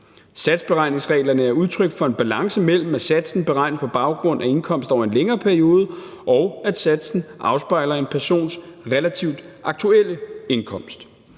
Satsberegningsreglerne er udtryk for en balance mellem, at satsen er beregnet på baggrund af indkomst over en længere periode, og at satsen afspejler en persons relativt aktuelle indkomst.